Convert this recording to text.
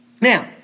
Now